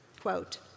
Quote